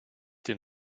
den